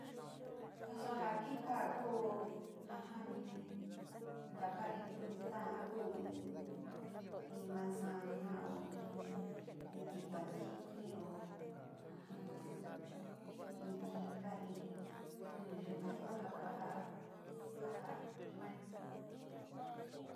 Ja suu kika kuu, jajani in ntaka in fruta ja kuu in, in manzana, na o in tikua ntikio ja, jaa in ntika, in su yukani ku ja kajaa, kajaa yagani.